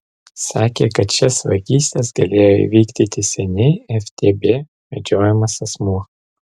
sakė kad šias vagystes galėjo įvykdyti seniai ftb medžiojamas asmuo